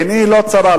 עיני לא צרה,